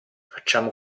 facciamo